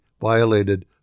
violated